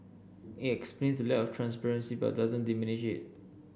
it explains lack of transparency but doesn't diminish it